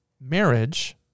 marriage